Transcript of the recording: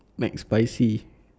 Mcspicy